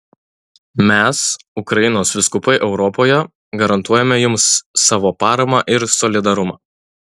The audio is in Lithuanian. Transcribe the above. mes ukrainos vyskupai europoje garantuojame jums savo paramą ir solidarumą